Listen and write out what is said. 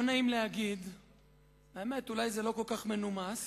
לא נעים להגיד ובאמת אולי זה לא כל כך מנומס,